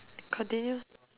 continue